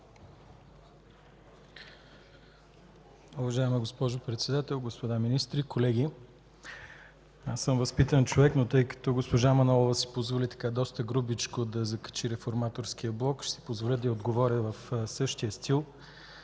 Уважаема госпожо Председател, господа министри, колеги! Аз съм възпитан човек, но тъй като госпожа Манолова си позволи доста грубичко да закачи Реформаторския блок, ще си позволя да й отговоря в същия стил.